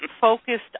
Focused